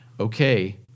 Okay